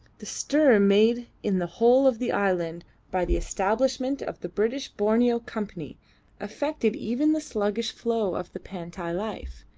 the stir made in the whole of the island by the establishment of the british borneo company affected even the sluggish flow of the pantai life.